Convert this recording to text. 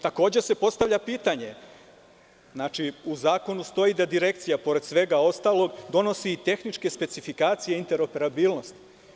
Takođe, se postavlja pitanje – u zakonu stoj da Direkcija pored svega ostalog donosi i tehničke specifikacije interoparabilnost?